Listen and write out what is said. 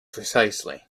precisely